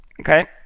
okay